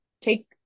take